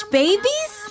babies